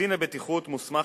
קצין הבטיחות מוסמך,